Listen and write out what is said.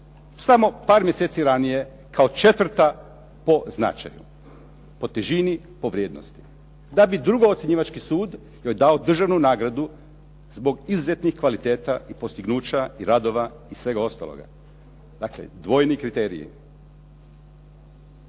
samo par mjeseci ranije kao četvrta po značaju, po težini, po vrijednosti da bi drugoocjenjivački sud joj dao državnu nagradu zbog izuzetnih kvaliteta i postignuća i radova i svega ostaloga. Dakle, dvojni kriteriji.